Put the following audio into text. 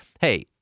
Hey